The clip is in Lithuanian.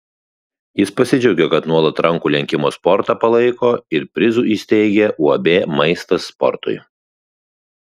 jis pasidžiaugė kad nuolat rankų lenkimo sportą palaiko ir prizų įsteigia uab maistas sportui